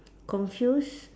confused